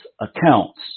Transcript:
accounts